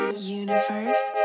Universe